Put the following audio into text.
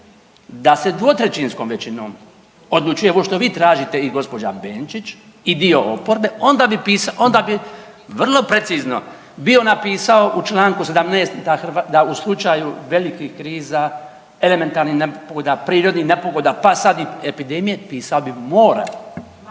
da se 2/3 većinom odlučuje ovo što vi tražite i gospođa Benčić i dio oporbe onda bi pisalo, onda bi vrlo precizno bio napisao u Članku 17. da u slučaju velikih kriza, elementarnih nepogoda, prirodnih nepogoda pa sad i epidemije pisao bi mora,